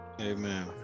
Amen